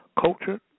culture